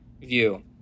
view